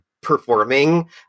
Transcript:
performing